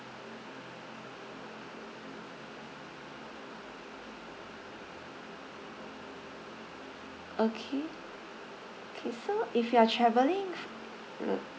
okay okay so if you are travelling uh